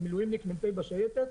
אני מילואימניק מ"פ בשייטת,